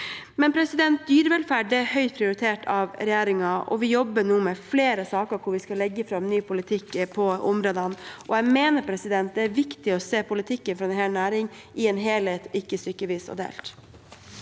å ta tak i. Dyrevelferd er høyt prioritert av regjeringen. Vi jobber nå med flere saker hvor vi skal legge fram ny politikk på området, og jeg mener det er viktig å se politikken for en hel næring i en helhet, ikke stykkevis og delt.